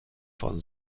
von